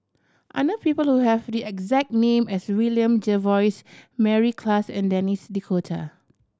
I know people who have the exact name as William Jervois Mary Klass and Denis D'Cotta